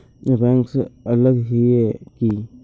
Bank से अलग हिये है की?